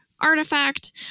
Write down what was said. artifact